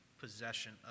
possession